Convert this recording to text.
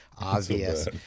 obvious